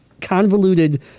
convoluted